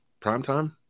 primetime